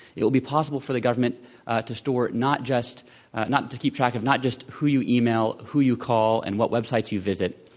it'll be possible for the government to store not just not to keep track of not just who you email, who you call and what websites you visit.